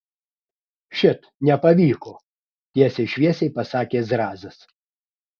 šit nepavyko tiesiai šviesiai pasakė zrazas